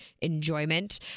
enjoyment